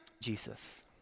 Jesus